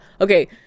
okay